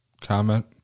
comment